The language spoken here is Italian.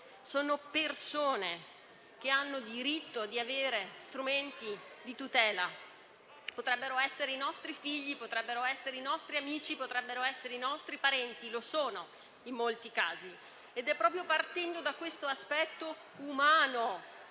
sono persone che hanno diritto di avere strumenti di tutela. Potrebbero essere i nostri figli, potrebbero essere i nostri amici, potrebbero essere i nostri parenti e lo sono in molti casi. Ed è proprio da questo aspetto umano